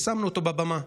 ושמנו אותו בבמה.